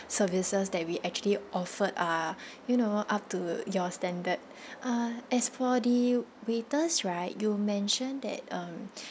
services that we actually offered are you know up to your standard uh as for the waiters right you mention that um